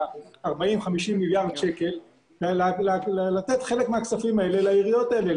50-40 מיליארד שקלים ולתת חלק מהכספים האלה לעיריות האלה,